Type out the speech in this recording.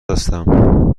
هستم